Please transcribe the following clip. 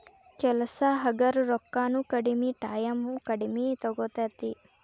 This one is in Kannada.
ಕೆಲಸಾ ಹಗರ ರೊಕ್ಕಾನು ಕಡಮಿ ಟಾಯಮು ಕಡಮಿ ತುಗೊತತಿ